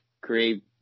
create